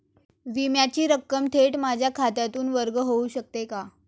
विम्याची रक्कम थेट माझ्या खात्यातून वर्ग होऊ शकते का?